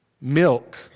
milk